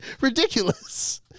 ridiculous